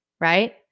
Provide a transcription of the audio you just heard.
right